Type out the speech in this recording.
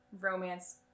romance